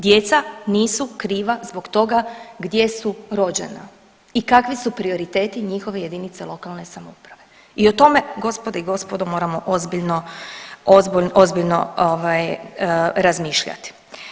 Djeca nisu kriva zbog toga gdje su rođena i kakvi su prioriteti njihove jedinice lokalne samouprave i o tome, gospođe i gospodo moramo ozbiljno ovaj razmišljati.